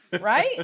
right